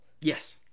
Yes